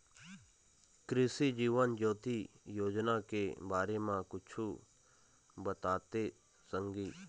कृसि जीवन ज्योति योजना के बारे म कुछु बताते संगी